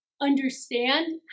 understand